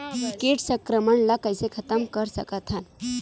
कीट संक्रमण ला कइसे खतम कर सकथन?